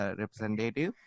representative